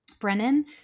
Brennan